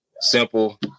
Simple